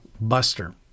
Buster